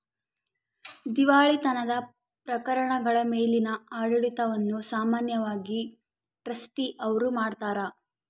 ದಿವಾಳಿತನದ ಪ್ರಕರಣಗಳ ಮೇಲಿನ ಆಡಳಿತವನ್ನು ಸಾಮಾನ್ಯವಾಗಿ ಟ್ರಸ್ಟಿ ಅವ್ರು ಮಾಡ್ತಾರ